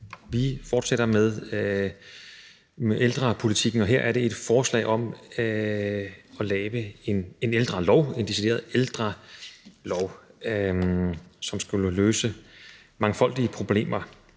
Vi fortsætter med ældrepolitikken, og her er det et forslag om at lave en decideret ældrelov, som skulle løse mangfoldige problemer.